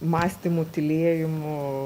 mąstymų tylėjimų